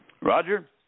Roger